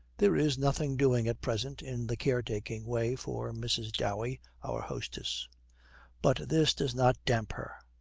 there is nothing doing at present in the caretaking way for mrs. dowey, our hostess but this does not damp her,